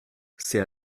c’est